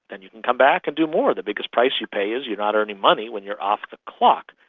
then you can come back and do more. the biggest price you pay is you're not earning money when you're off the clock.